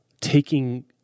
taking